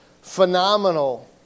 phenomenal